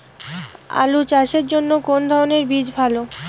আলু চাষের জন্য কোন ধরণের বীজ ভালো?